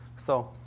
so,